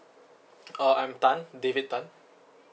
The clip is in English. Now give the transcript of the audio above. uh I'm tan david tan